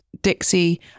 Dixie